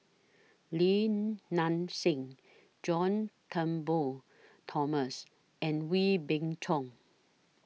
Lim Nang Seng John Turnbull Thomson and Wee Beng Chong